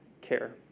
care